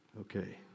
okay